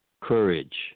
courage